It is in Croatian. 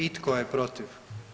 I tko je protiv?